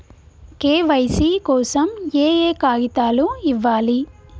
KYC కోసం ఏయే కాగితాలు ఇవ్వాలి?